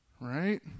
right